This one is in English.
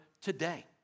today